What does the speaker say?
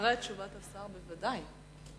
אחרי תשובת השר, בוודאי.